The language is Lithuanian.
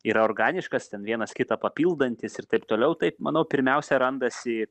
yra organiškas ten vienas kitą papildantis ir taip toliau tai manau pirmiausia randasi